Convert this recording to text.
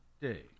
Day